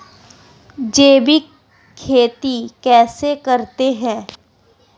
जैविक खेती कैसे करते हैं?